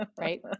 Right